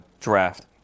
draft